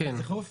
באיזה חוף זה?